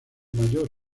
mayor